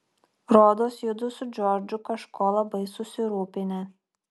rodos judu su džordžu kažko labai susirūpinę